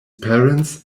parents